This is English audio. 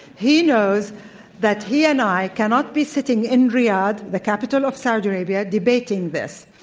he knows that he and i cannot be sitting in riyadh, the capital of saudi arabia, debating this.